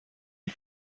die